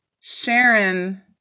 Sharon